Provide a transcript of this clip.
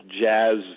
jazz